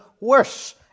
worse